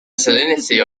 salinity